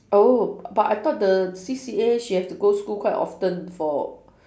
oh but I thought the C_C_A she have to go school quite often for